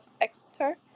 Exeter